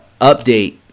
update